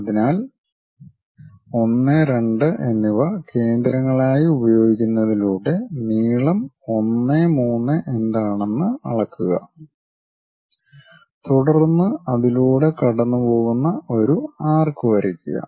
അതിനാൽ 1 2 എന്നിവ കേന്ദ്രങ്ങളായി ഉപയോഗിക്കുന്നതിലൂടെ നീളം 1 3 എന്താണെന്ന് അളക്കുക തുടർന്ന് അതിലൂടെ കടന്നുപോകുന്ന ഒരു ആർക് വരയ്ക്കുക